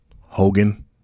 Hogan